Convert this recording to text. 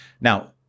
Now